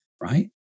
right